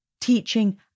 teaching